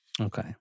Okay